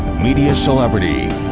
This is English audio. media celebrity,